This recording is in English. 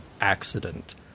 accident